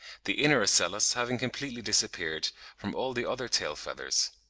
the inner ocellus having completely disappeared from all the other tail-feathers.